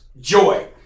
joy